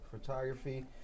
photography